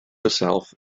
herself